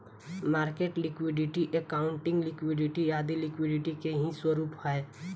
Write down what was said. market liquidity, accounting liquidity आदी liquidity के ही स्वरूप है